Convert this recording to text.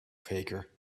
faker